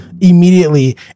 immediately